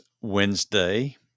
Wednesday